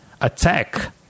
attack